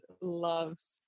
loves